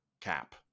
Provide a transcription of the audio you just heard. cap